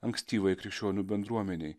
ankstyvai krikščionių bendruomenei